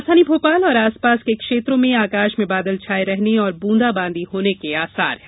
राजधानी भोपाल और आसपास के क्षेत्रों में आकाश में बादल छाये रहने और बूंदा बांदी होने के आसार हैं